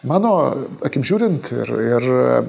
mano akim žiūrint ir ir